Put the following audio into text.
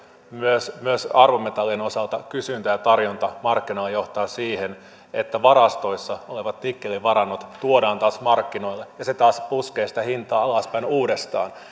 myös myös arvometallien osalta kysyntä ja tarjonta markkinoilla johtavat siihen että varastoissa olevat nikkelivarannot tuodaan taas markkinoille se taas puskee sitä hintaa alaspäin uudestaan